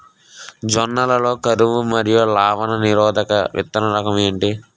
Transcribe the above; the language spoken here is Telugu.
జొన్న లలో కరువు మరియు లవణ నిరోధక విత్తన రకం ఏంటి?